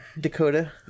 Dakota